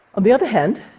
on the other hand,